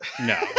no